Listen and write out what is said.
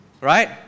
Right